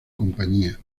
compañía